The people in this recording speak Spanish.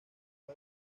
del